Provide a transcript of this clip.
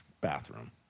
bathroom